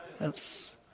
Yes